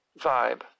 vibe